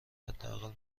حداقل